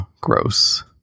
gross